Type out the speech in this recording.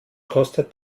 kostet